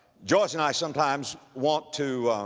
joyce and i sometimes want to,